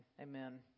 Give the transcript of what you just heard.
Amen